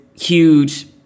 huge